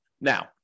Now